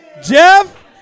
Jeff